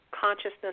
consciousness